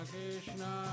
Krishna